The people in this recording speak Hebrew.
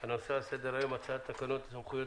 הנושא על סדר היום: הצעת תקנות סמכויות